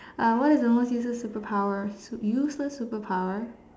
uh what is the most useless superpower useless superpower